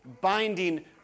binding